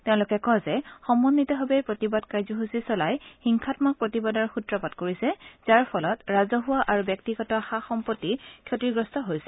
তেওঁলোকে কয় যে সমন্নিতভাৱে প্ৰতিবাদ কাৰ্যসুচী চলাই হিংসামক প্ৰতিবাদৰ সুত্ৰপাত কৰিছে যাৰ ফলত ৰাজহুৱা আৰু ব্যক্তিগত সা সম্পত্তি ক্ষতিগ্ৰস্ত হৈছে